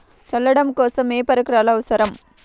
చల్లడం కోసం ఏ పరికరాలు అవసరం?